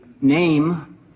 name